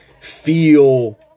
feel